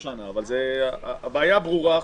עכשיו הבעיה ברורה.